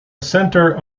center